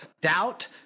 doubt